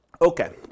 Okay